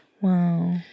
Wow